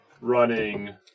running